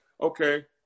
okay